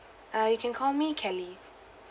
uh you can call me kelly